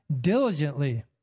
diligently